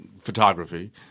photography